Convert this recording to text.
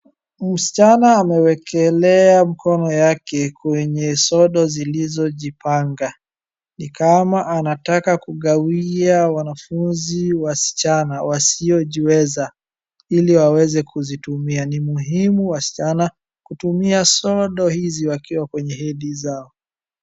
Msichana amewekelea mkono yake kwenye sodo zilizojipanga. Ni kama anataka kugawia wanafunzi wasichana wasiojiweza ili waweze kuzitumia. Ni muhimu wasichana kutumia sodo hizi wakiwa kwenye hedhi zao.